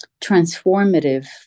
transformative